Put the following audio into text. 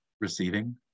receiving